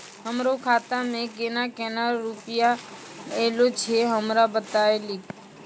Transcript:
हमरो खाता मे केना केना रुपैया ऐलो छै? हमरा बताय लियै?